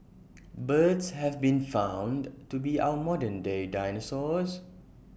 birds have been found to be our modern day dinosaurs